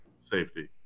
Safety